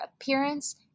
appearance